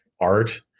art